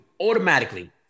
automatically